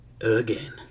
again